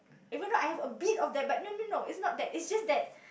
even though I have a bit of that but no no no it's not that it's just that